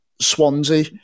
Swansea